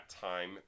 time